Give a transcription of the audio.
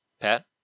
Pat